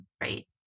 right